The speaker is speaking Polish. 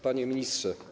Panie Ministrze!